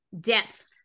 depth